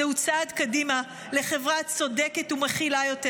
זהו צעד קדימה לחברה צודקת ומכילה יותר,